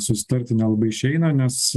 susitarti nelabai išeina nes